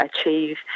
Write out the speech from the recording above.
achieve